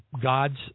God's